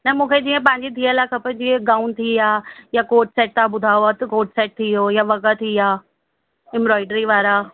न मूंखे जीअं पंहिंजी धीअ लाइ खपे जीअं गाउन थी विया या कोर्ड सेट तव्हां ॿुधायो त कोर्ड सेट थी विया या वॻा थी विया एम्ब्रायडरी वारा